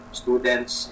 students